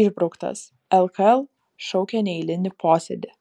išbrauktas lkl šaukia neeilinį posėdį